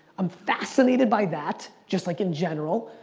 i'm fascinated by that, just like in general.